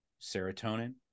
serotonin